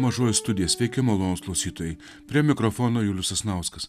mažoji studija sveiki malonūs klausytojai prie mikrofono julius sasnauskas